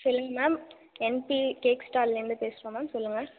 சொல்லுங் ma'am N P cake ஸ்டாலிலேருந்து பேசுகிறோம் மேம் சொல்லுங்க